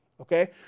Okay